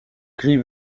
gris